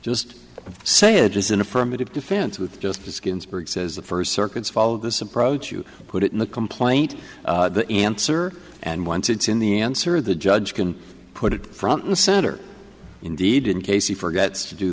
just say it is an affirmative defense with justice ginsburg says the first circuits follow this approach you put it in the complaint answer and once it's in the answer the judge can put it front and center indeed in case he forgets to do